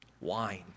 Wine